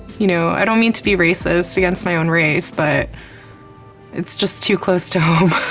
you know, i don't mean to be racist against my own race, but it's just too close to home,